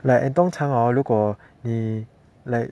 like 通常哦如果你 like